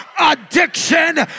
Addiction